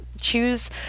choose